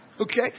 okay